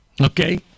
Okay